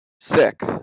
sick